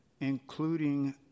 including